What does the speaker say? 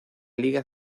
liga